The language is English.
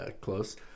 close